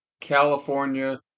California